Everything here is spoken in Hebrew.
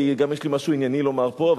כי גם יש לי משהו ענייני לומר פה.